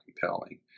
compelling